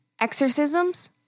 Exorcisms